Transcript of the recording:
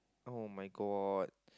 [oh]-my-god